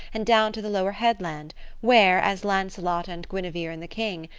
and down to the lower headland where, as lancelot and guinevere and the king,